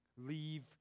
leave